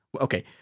Okay